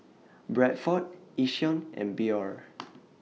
Bradford Yishion and Biore